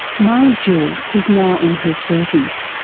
mahlie jewell is now in her thirty s.